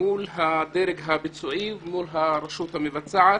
מול הדרג הביצועי ומול הרשות המבצעת.